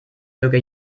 möge